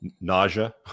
nausea